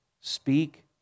Speak